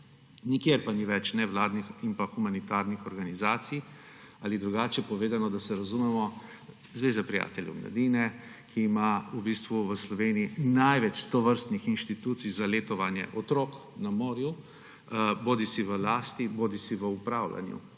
nikjer pa ni več nevladnih in humanitarnih organizacij, ali drugače povedano, da se razumemo, Zveze prijateljev mladine, ki ima v Sloveniji največ tovrstnih institucij za letovanje otrok na morju bodisi v lasti bodisi v upravljanju,